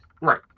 Right